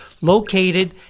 located